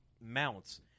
mounts